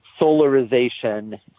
solarization